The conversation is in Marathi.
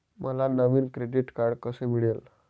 मला नवीन क्रेडिट कार्ड कसे मिळेल?